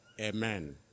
Amen